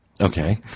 Okay